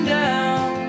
down